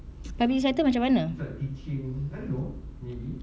tapi sector macam mana